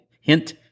hint